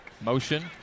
Motion